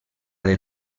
dels